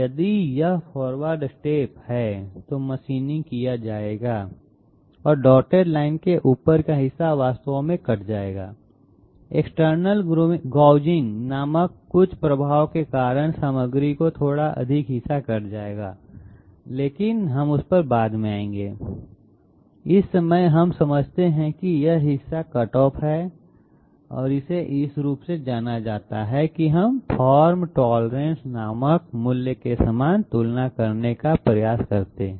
यदि यह forward step है तो मशीनिंग किया जाएगा और डॉटेड लाइन के ऊपर का हिस्सा वास्तव में कट जाएगा एक्सटर्नल गोविंग नामक कुछ प्रभाव के कारण सामग्री का थोड़ा अधिक हिस्सा कट जाएगा लेकिन हम उस पर बाद में आएंगे इस समय हम समझते हैं कि यह हिस्सा कटऑफ है और इसे इस रूप में जाना जाता है कि हम फॉर्म टॉलरेंस नामक मूल्य के समान तुलना करने का प्रयास करते हैं